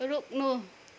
रोक्नु